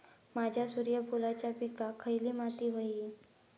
माझ्या सूर्यफुलाच्या पिकाक खयली माती व्हयी?